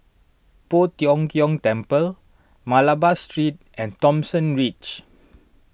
Poh Tiong Kiong Temple Malabar Street and Thomson Ridge